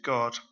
God